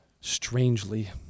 strangely